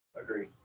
agree